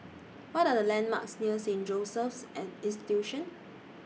What Are The landmarks near Saint Joseph's and Institution